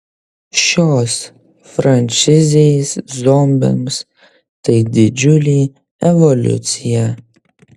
šios frančizės zombiams tai didžiulė evoliucija